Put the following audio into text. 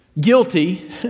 guilty